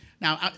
Now